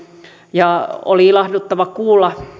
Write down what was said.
ja oli ilahduttavaa kuulla